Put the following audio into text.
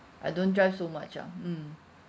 I don't drive so much lah mm